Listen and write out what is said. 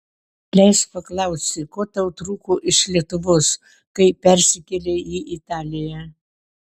leisk paklausti ko tau trūko iš lietuvos kai persikėlei į italiją